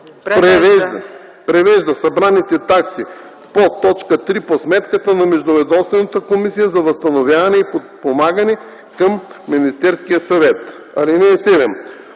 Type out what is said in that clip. превежда събраните такси по т. 3 по сметката на Междуведомствената комисия за възстановяване и подпомагане към Министерския съвет. (7)